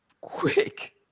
quick